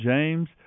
James